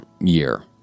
year